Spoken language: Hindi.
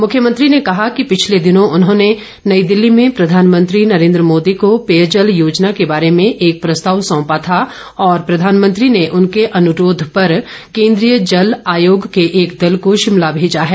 मुख्यमंत्री ने कहा कि पिछले दिनों उन्होंने नई दिल्ली में प्रधानमंत्री नरेन्द्र मोदी को पेयजल योजना के बारे में एक प्रस्ताव सौंपा था और प्रधानमंत्री ने उनके अनुरोध पर केंद्रीय जल आयोग के एक दल को शिमला भेजा है